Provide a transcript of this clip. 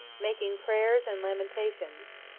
making prayers and lamentations.